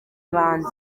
ibanze